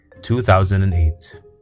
2008